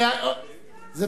פתאום הוא נזכר.